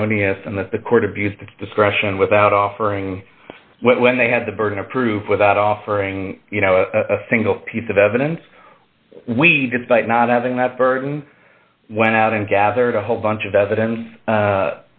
erroneous and that the court abused its discretion without offering when they had the burden of proof without offering a single piece of evidence we despite not having that burden went out and gathered a whole bunch of evidence